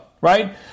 right